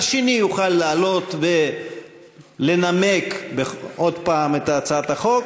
האחר יוכל לעלות ולנמק עוד פעם את הצעת החוק.